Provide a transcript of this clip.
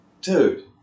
Dude